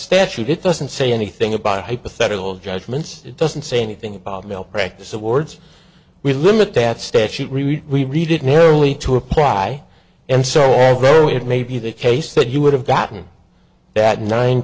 statute it doesn't say anything about hypothetical judgments it doesn't say anything about malpractise awards we limit that statute read we read it nearly to apply and so on where it may be the case that you would have gotten that nine